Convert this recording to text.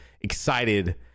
excited